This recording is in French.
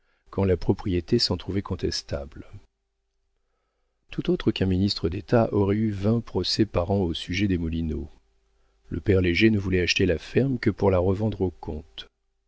quand la propriété s'en trouvait contestable tout autre qu'un ministre d'état aurait eu vingt procès par an au sujet des moulineaux le père léger ne voulait acheter la ferme que pour la revendre au comte